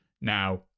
Now